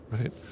right